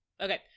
Okay